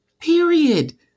period